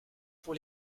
pour